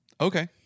Okay